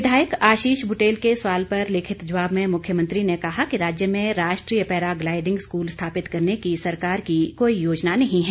विधायक आशीष बुटेल के सवाल पर लिखित जवाब में मुख्यमंत्री ने कहा कि राज्य में राष्ट्रीय पैराग्लाइडिंग स्कूल स्थापित करने की सरकार की कोई योजना नहीं है